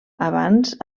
abans